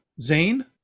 zane